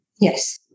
Yes